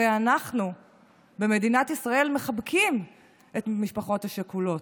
הרי אנחנו במדינת ישראל מחבקים את המשפחות השכולות,